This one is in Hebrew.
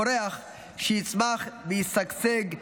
אלא כעל חבל ארץ פורח שיצמח וישגשג,